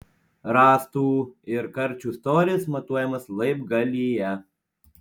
rąstų ir karčių storis matuojamas laibgalyje